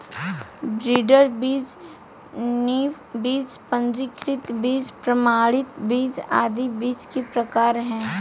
breeder बीज, नींव बीज, पंजीकृत बीज, प्रमाणित बीज आदि बीज के प्रकार है